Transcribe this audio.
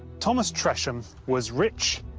thomas tresham was rich,